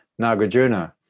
Nagarjuna